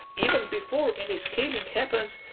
even before any scaling happens,